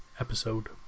episode